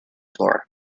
flora